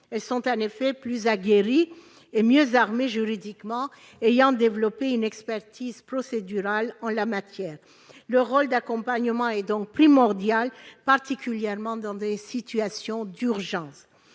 Elles sont en effet plus aguerries et mieux armées juridiquement, ayant développé une expertise procédurale en la matière. Leur rôle d'accompagnement est donc primordial, particulièrement dans des situations d'urgence.